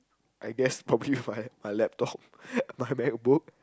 I guess probably my my laptop my MacBook